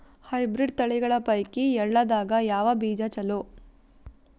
Hybrid ತಳಿಗಳ ಪೈಕಿ ಎಳ್ಳ ದಾಗ ಯಾವ ಬೀಜ ಚಲೋ?